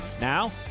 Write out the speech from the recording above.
Now